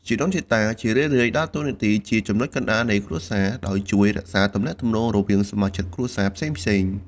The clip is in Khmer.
ជីដូនជីតាជារឿយៗដើរតួនាទីជាចំណុចកណ្តាលនៃគ្រួសារ ដោយជួយរក្សាទំនាក់ទំនងរវាងសមាជិកគ្រួសារផ្សេងៗ។